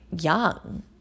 young